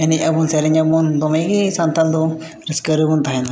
ᱮᱱᱮᱡ ᱟᱵᱚᱱ ᱥᱮᱨᱮᱧ ᱟᱵᱚᱱ ᱫᱚᱢᱮ ᱜᱮ ᱥᱟᱱᱛᱟᱲ ᱫᱚ ᱨᱟᱹᱥᱠᱟᱹ ᱨᱮᱵᱚᱱ ᱛᱟᱦᱮᱱᱟ